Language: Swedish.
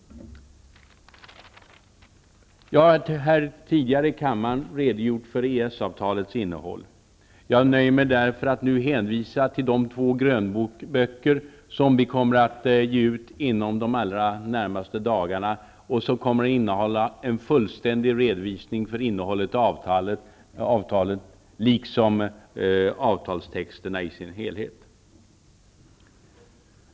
Jag har tidigare här i kammaren redogjort för EES avtalets innehåll. Jag nöjer mig därför med att nu hänvisa till de två grönböcker som vi kommer att ge ut inom de allra närmaste dagarna och som kommer att innehålla en fullständig redovisning för innehållet i avtalet liksom avtalstexterna i deras helhet.